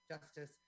justice